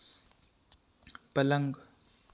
पलंग